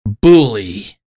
bully